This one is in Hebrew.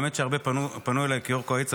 האמת היא שהרבה פנוי אליי כראש הקואליציה